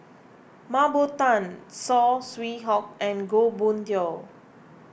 Mah Bow Tan Saw Swee Hock and Goh Boon Tioe